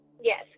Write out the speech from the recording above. Yes